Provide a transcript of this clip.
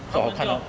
过好看 lor